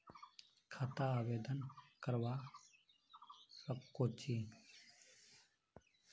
खाता आवेदन करवा संकोची?